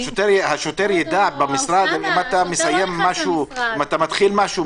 אתה מסיים משהו או מתחיל משהו?